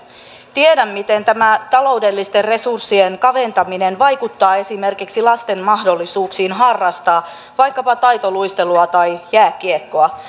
tiedän miten tämä taloudellisten resurssien kaventaminen vaikuttaa esimerkiksi lasten mahdollisuuksiin harrastaa vaikkapa taitoluistelua tai jääkiekkoa